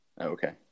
okay